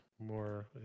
more